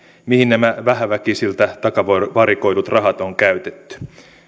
mihin nämä vähävaraisilta takavarikoidut rahat on käytetty